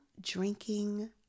drinking